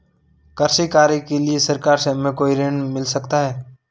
कृषि कार्य के लिए सरकार से हमें कोई ऋण मिल सकता है?